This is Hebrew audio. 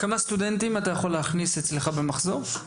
כמה סטודנטים אתה יכול להכניס אצלך במחזור?